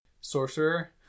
sorcerer